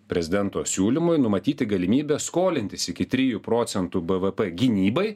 prezidento siūlymui numatyti galimybę skolintis iki trijų procentų bvp gynybai